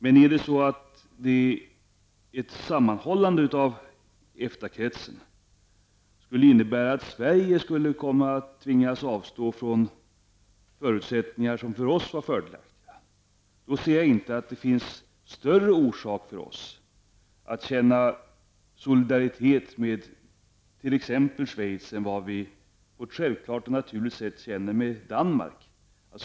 Men om ett sammanhållande av EFTA-kretsen skulle innebära att Sverige skulle tvingas avstå från det som för oss var fördelaktigast har vi inte större orsak att visa solidaritet med t.ex. Schweiz än med Danmark.